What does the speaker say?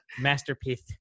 masterpiece